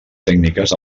tècniques